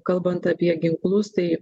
kalbant apie ginklus tai